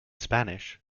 spanish